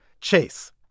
Chase